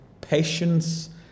patience